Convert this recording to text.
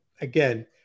Again